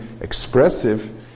expressive